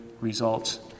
results